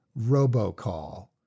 robocall